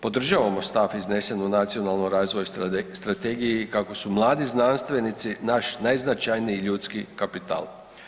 Podržavamo stav iznesen u Nacionalnoj razvojnoj strategiji kako su mladi znanstvenici naš najznačajniji ljudski kapital.